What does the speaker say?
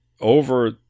over